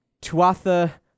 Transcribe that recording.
Tuatha